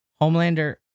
Homelander